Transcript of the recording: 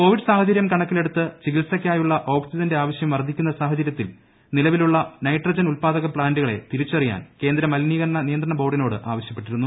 Covid സാഹചര്യം കണക്കിലെടുത്ത് ചികിത്സയ്ക്കായുള്ള ഓക്സിജന്റെ ആവശ്യം വർദ്ധിക്കുന്ന സാഹചര്യത്തിൽ നിലവിലുള്ള നൈട്രജൻ ഉത്പാദക പ്താന്റുകളെ തിരിച്ചറിയാൻ കേന്ദ്ര മലിനീകരണ നിയന്ത്രണ ബോർഡിനോട് ആവശ്യപ്പെട്ടിരുന്നു